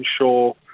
ensure